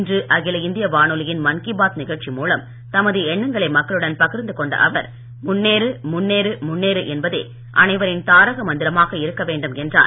இன்று அகில இந்திய வானொலியில் மன் கி பாத் நிகழ்ச்சி மூலம் தமது எண்ணங்களை மக்களுடன் பகிர்ந்து கொண்ட அவர் முன்னேறு முன்னேறு முன்னேறு என்பதே அனைவரின் தாரக மந்திரமாக இருக்க வேண்டும் என்றார்